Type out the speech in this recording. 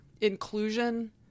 inclusion